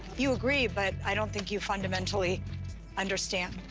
you agree, but i don't think you fundamentally understand,